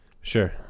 Sure